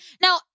Now